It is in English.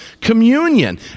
Communion